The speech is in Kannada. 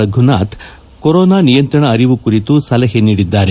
ರಘುನಾಥ್ ಅವರು ಕೊರೊನಾ ನಿಯಂತ್ರಣ ಅರಿವು ಕುರಿತು ಸಲಹೆ ನೀಡಿದ್ದಾರೆ